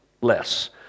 less